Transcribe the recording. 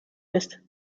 ist